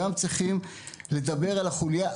תודה על העבודה המדהימה שאתם עושים בעמותת בשביל החיים,